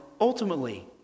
ultimately